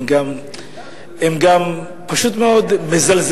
הם גם פשוט מאוד מזלזלים.